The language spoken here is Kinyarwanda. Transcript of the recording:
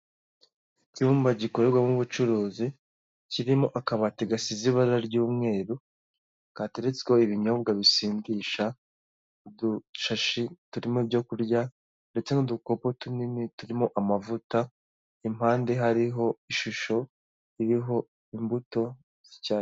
Icyumba gikorerwamo ubucuruzi kirimo akabati gasize ibara ry'umweru kateretsweho ibinyobwa bisindisha, udushashi turimo ibyo kurya ndetse n'udukoko tunini turimo amavuta, impande hariho ishusho iriho imbuto z'icyatsi.